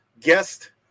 guest